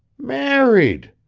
married.